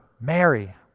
Mary